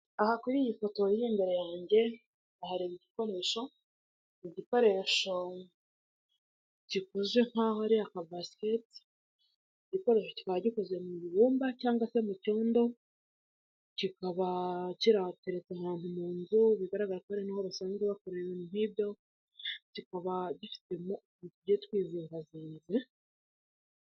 Aha kuri iyi foto iri imbere yange ndahareba igikoresho, igikoresho gikoze nk'aho ari aka base icyo gikoresho kikaba gikoze mu ibumba cyangwa se mu cyondo kikaba kirateretse ahantu mu nzu bigaragara ko ariho basanzwe bakora ibintu nk'ibyo kikaba gifitemo utuntu tugiye twizigazinze.